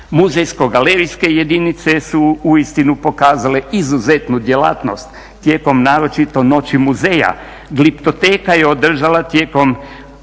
Muzejsko-galerijske jedinice su uistinu pokazale izuzetnu djelatnost tijekom naročito noći muzeja. Gliptoteka je održala tijekom